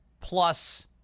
plus